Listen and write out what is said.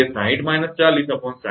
તેથી તે 60−406040 છે જે ખરેખર 0